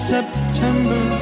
September